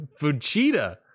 Fujita